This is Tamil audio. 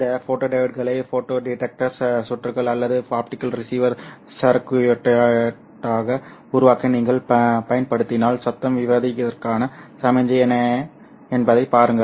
இந்த ஃபோட்டோடியோட்களை ஃபோட்டோ டிடெக்டர் சுற்றுகள் அல்லது ஆப்டிகல் ரிசீவர் சர்க்யூட்டாக உருவாக்க நீங்கள் பயன்படுத்தினால் சத்தம் விகிதத்திற்கான சமிக்ஞை என்ன என்பதைப் பாருங்கள்